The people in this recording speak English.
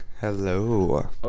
Hello